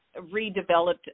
redeveloped